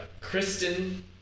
Kristen